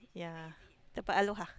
yeah tempat Aloha